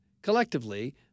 Collectively